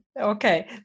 Okay